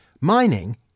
Mining